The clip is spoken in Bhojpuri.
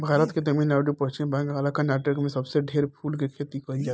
भारत के तमिलनाडु, पश्चिम बंगाल आ कर्नाटक में सबसे ढेर फूल के खेती कईल जाला